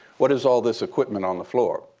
what is all this equipment on the floor?